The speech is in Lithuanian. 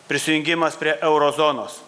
prisijungimas prie euro zonos